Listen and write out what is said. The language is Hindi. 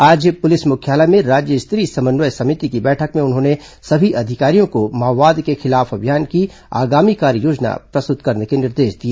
आज पुलिस मुख्यालय में राज्य स्तरीय समन्वय समिति की बैठक में उन्होंने सभी अधिकारियों को माओवाद के खिलाफ अभियान की आगामी कार्ययोजना प्रस्तुत करने के निर्देश दिए